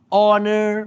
honor